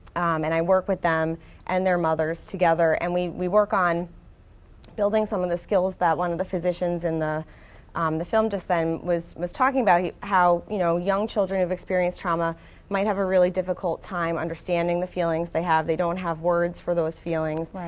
and i work with them and their mothers together. and we we work on building some of the skills that one of the physicians in the um the film just then was was talking about how you know young children who have experienced trauma might have a really difficult time understanding the feelings they have. they don't have words for those feelings, like